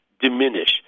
diminish